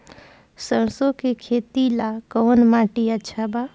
सरसों के खेती ला कवन माटी अच्छा बा?